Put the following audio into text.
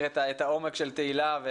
את ועדת המשנה לחינוך דתי,